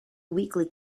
weekly